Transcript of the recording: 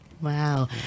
Wow